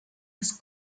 des